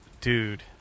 dude